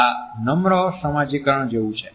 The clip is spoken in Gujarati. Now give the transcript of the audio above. તેથી આ નમ્ર સમાજીકરણ જેવુ છે